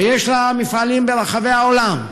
ויש לה מפעלים ברחבי העולם.